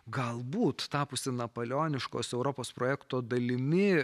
galbūt tapusi napoleoniškos europos projekto dalimi